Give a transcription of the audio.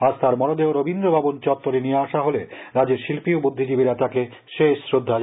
আজ তার মরদেহ রবীন্দ্রভবন ট নিয়ে আসা হলে রাজ্যের শিল্পী ও বৃদ্ধিজীবীরা তাঁকে শেষ শ্রদ্ধা জানান